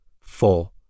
Four